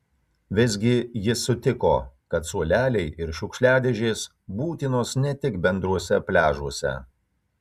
vis gi jis sutiko kad suoleliai ir šiukšliadėžės būtinos ne tik bendruose pliažuose